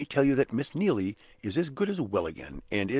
i may tell you that miss neelie is as good as well again, and is,